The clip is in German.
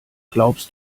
glaubst